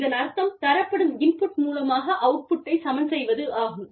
இதன் அர்த்தம் தரப்படும் இன்புட் மூலமாக அவுட்புட்டை சமன்செய்வதாகும்